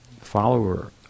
follower